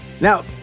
Now